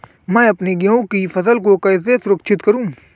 मैं अपनी गेहूँ की फसल को कैसे सुरक्षित करूँ?